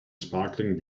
sparkling